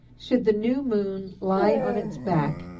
should the new moon lie on its back,